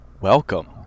Welcome